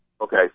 okay